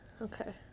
Okay